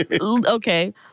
Okay